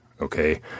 okay